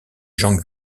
jean